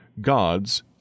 God's